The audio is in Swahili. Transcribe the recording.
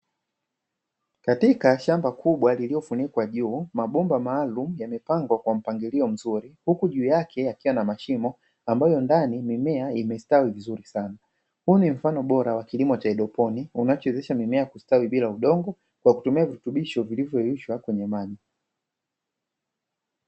Katika shamba kubwa lililofunikwa juu, mabomba maalumu yamepangwa kwa mpangilio mzuri huku juu yake yakiwa na mashimo ambayo ndani mimea imestawi vizuri sana. Huu ni mfano bora wa kilimo haidroponi unachowezesha mimea kustawi bila udongo kwa kutumia virutubisho vilivyoyeyushwa kwenye maji.